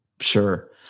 Sure